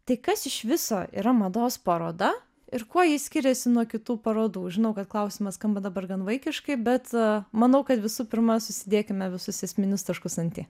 tai kas iš viso yra mados paroda ir kuo jis skiriasi nuo kitų parodų žinau kad klausimas skamba dabar gan vaikiškai bet manau kad visų pirma susidėkime visus esminius taškus ant i